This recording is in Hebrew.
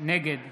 נגד